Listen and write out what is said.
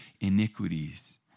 iniquities